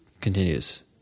continues